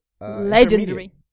Legendary